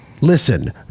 listen